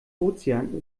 ozean